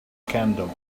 candle